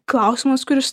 klausimas kuris